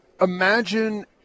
imagine